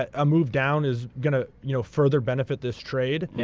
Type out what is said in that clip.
a move down is going to you know further benefit this trade, yeah